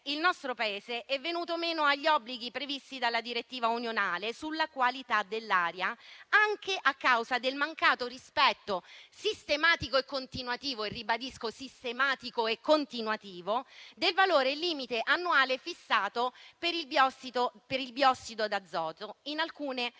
il nostro Paese è venuto meno agli obblighi previsti dalla direttiva unionale sulla qualità dell'aria anche a causa del mancato rispetto sistematico e continuativo del valore limite annuale fissato per il biossido d'azoto in alcune